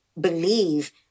believe